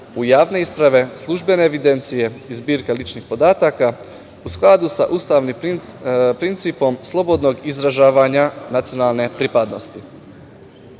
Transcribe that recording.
u javne isprave, službene evidencije, zbirke ličnih podataka u skladu sa ustavnim principom slobodnog izražavanja nacionalne pripadnosti.